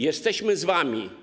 Jesteśmy z wami.